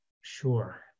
Sure